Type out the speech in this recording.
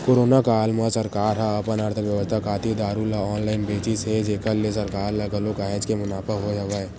corona काल म सरकार ह अपन अर्थबेवस्था खातिर दारू ल ऑनलाइन बेचिस हे जेखर ले सरकार ल घलो काहेच के मुनाफा होय हवय